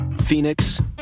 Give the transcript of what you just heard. Phoenix